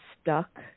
stuck